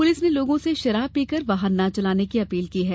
police ने लोगों से शराब पीकर वाहन न चलाने की अपील की है